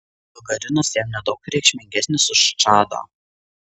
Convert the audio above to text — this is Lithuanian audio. gagarinas jam nedaug reikšmingesnis už čadą